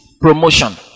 promotion